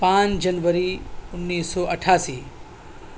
پانچ جنوری انیس سو اٹھاسی